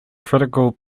critical